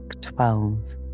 twelve